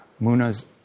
Muna's